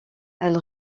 elle